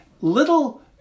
little